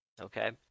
okay